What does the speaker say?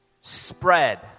spread